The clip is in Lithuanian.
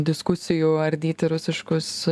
diskusijų ardyti rusiškus